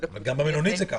--- אבל גם במלונית זה ככה.